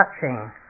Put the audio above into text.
touching